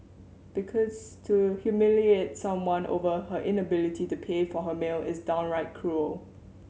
because to humiliate someone over her inability to pay for her meal is downright cruel